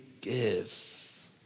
give